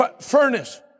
furnace